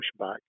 pushback